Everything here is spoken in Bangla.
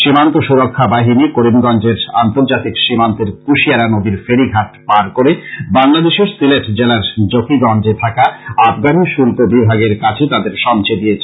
সীমান্ত সুরক্ষা বাহিনী করিমগঞ্জের আন্তর্জাতিক সীমান্তের কুশিয়ারা নদীর ফেরীঘাট পার করে বাংলাদেশের সিলেট জেলার জকীগঞ্জে থাকা আবগারী শুল্ক বিভাগের কাছে তাদের সমঝে দিয়েছেন